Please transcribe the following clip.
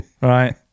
Right